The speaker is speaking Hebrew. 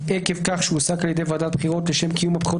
עקב כך שהועסק על ידי ועדת בחירות לשם קיום הבחירות